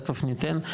תיכף ניתן,